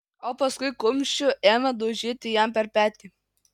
o paskui kumščiu ėmė daužyti jam per petį